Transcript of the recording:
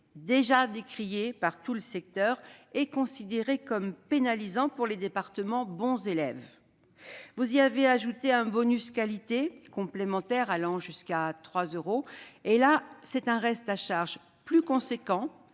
décriée par tout le secteur. Elle est considérée comme étant pénalisante pour les départements bons élèves. Vous y avez ajouté un bonus qualité complémentaire allant jusqu'à 3 euros, soit un reste à charge plus important,